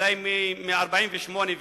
אולי מ-48'